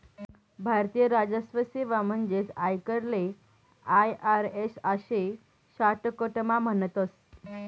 भारतीय राजस्व सेवा म्हणजेच आयकरले आय.आर.एस आशे शाटकटमा म्हणतस